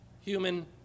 human